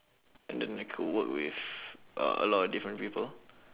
and then I could work with uh a lot of different people